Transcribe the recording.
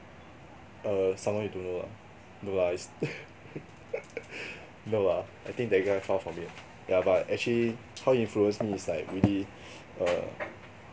err someone you don't know lah no lah is no lah I think that guy far from it yeah but actually how it influence me it's like really uh